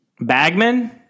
Bagman